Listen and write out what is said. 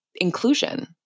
inclusion